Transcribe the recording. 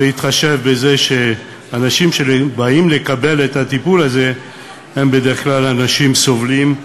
בהתחשב בזה שאנשים שבאים לקבל את הטיפול הזה הם בדרך כלל אנשים סובלים,